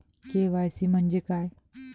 KYC म्हंजे काय?